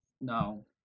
No